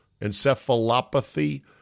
encephalopathy